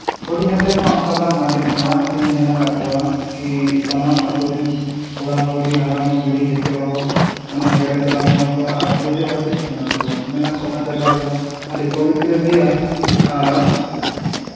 ᱦᱩᱰᱤᱧ ᱟᱛᱮ ᱢᱟ ᱚᱱᱠᱟ ᱵᱟᱝ ᱞᱮᱠᱷᱤᱱ ᱢᱟᱨᱟᱝ ᱠᱟᱛᱮᱧ ᱧᱮᱞ ᱠᱟᱫ ᱠᱚᱣᱟ ᱠᱤ ᱥᱟᱱᱟᱢ ᱟᱛᱳ ᱨᱮᱱ ᱠᱚᱲᱟᱼᱠᱩᱲᱤ ᱵᱩᱰᱦᱤ ᱼᱦᱟᱲᱟᱢ ᱡᱮᱛᱮ ᱦᱚᱲ ᱚᱱᱟ ᱡᱟᱜᱭᱟ ᱪᱟᱞᱟᱜ ᱥᱟᱱᱟ ᱠᱚᱣᱟ ᱟᱨ ᱯᱩᱡᱟᱹ ᱟᱛᱮ ᱦᱮᱡ ᱥᱟᱱᱟ ᱠᱚᱣᱟ ᱢᱮᱱᱟ ᱠᱚ ᱚᱱᱟ ᱡᱟᱭᱜᱟ ᱫᱚ ᱟᱹᱰᱤ ᱯᱚᱵᱤᱛᱛᱨᱚ ᱜᱮᱭᱟ ᱟᱨ